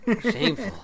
Shameful